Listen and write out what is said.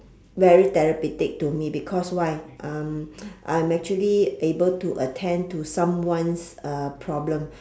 very therapeutic to me because why um I'm actually able to attend to someone's uh problems